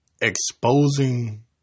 exposing